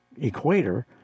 equator